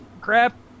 crap